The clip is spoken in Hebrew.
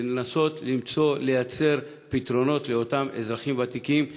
לנסות למצוא ולייצר פתרונות לאותם אזרחים ותיקים בכלל,